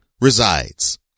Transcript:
resides